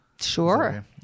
Sure